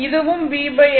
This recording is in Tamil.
இதுவும் v I